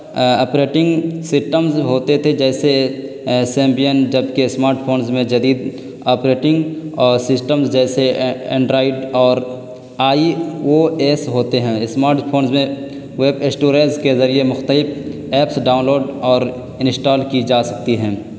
operating systems ہوتے تھے جیسے سمپین جبکہ اسمارٹ فونز میں جدید آپریٹنگ سسٹمز جیسے اینڈرائڈ اور آئی او ایس ہوتے ہیں اسمارٹ فونز میں ویب اسٹوریج کے ذریعے مختلف ایپس ڈاؤنلوڈ اور انسٹال کی جا سکتی ہیں